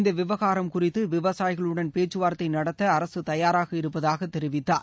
இந்த விவகாரம் குறித்து விவசாயிகளுடன் பேச்சுவார்த்தை நடத்த அரசு தயாராக இருப்பதாக தெரிவித்தார்